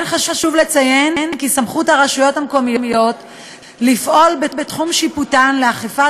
כן חשוב לציין כי סמכות הרשויות המקומיות לפעול בתחום שיפוטן לאכיפת